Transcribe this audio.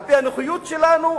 על-פי הנוחיות שלנו,